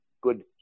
good